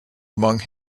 among